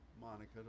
Monica